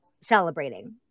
celebrating